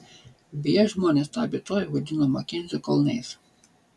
beje žmonės tą vietovę vadina makenzio kalnais